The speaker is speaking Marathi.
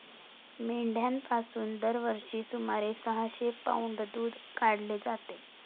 मेंढ्यांपासून दरवर्षी सुमारे सहाशे पौंड दूध काढले जाते